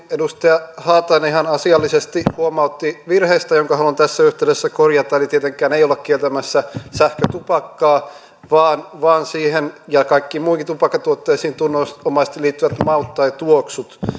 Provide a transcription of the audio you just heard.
edustaja haatainen ihan asiallisesti huomautti virheestä jonka haluan tässä yhteydessä korjata eli tietenkään ei olla kieltämässä sähkötupakkaa vaan vaan siihen ja kaikkiin muihinkin tupakkatuotteisiin tunnusomaisesti liittyvät maut tai tuoksut